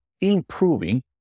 improving